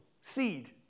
Seed